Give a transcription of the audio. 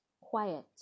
quiet